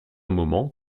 moment